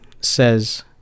says